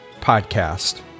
podcast